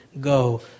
go